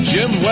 Jim